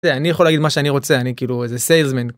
אני יכול להגיד מה שאני רוצה אני כאילו איזה סייזמן.